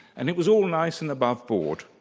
and it was all nice and above board.